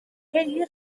ceir